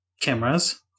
cameras